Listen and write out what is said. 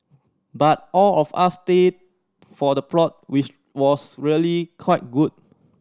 but all of us stayed for the plot which was really quite good